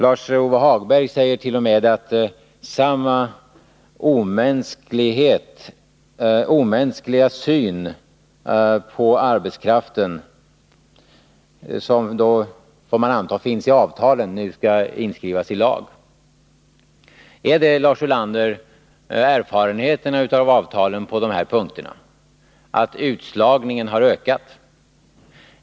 Lars-Ove Hagberg säger t.o.m. att samma omänskliga syn på arbetskraften som finns i avtalen — jag förmodar i alla fall att det var så han menade — nu skall skrivas in i lag. Är, Lars Ulander, erfarenheten av avtalen på dessa punkter att utslagningen har ökat?